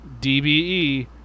DBE